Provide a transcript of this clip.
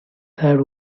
had